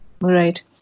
Right